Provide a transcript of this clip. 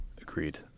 Agreed